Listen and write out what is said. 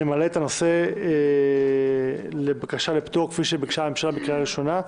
אני מעלה את הנושא לבקשה לפטור כפי שביקשה הממשלה בקריאה ראשונה.